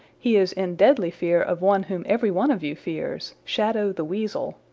he is in deadly fear of one whom every one of you fears shadow the weasel.